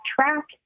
track